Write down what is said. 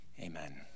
Amen